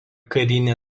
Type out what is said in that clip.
karinė